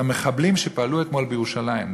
המחבלים שפעלו אתמול בירושלים,